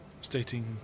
stating